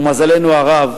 ומזלנו הרב